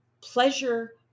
pleasure